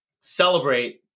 celebrate